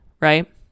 right